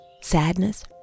sadness